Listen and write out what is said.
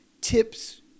tips